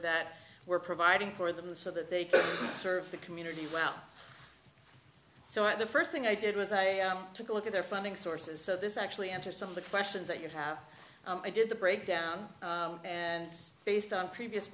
that we're providing for them so that they serve the community well so at the first thing i did was i took a look at their funding sources so this actually answer some of the questions that you have i did the breakdown and based on previous